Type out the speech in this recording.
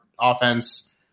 offense